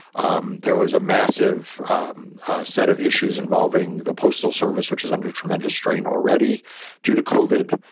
um there was a massive set of issues involving the postal service, which is under tremendous strain already due to covered.